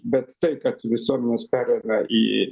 bet tai kad visuomenės pereina į